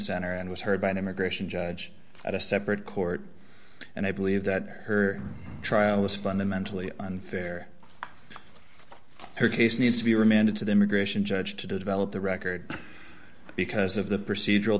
center and was heard by an immigration judge at a separate court and i believe that her trial is fundamentally unfair her case needs to be remanded to the immigration judge to develop the record because of the procedural